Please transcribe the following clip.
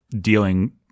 dealing